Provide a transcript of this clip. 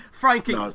Frankie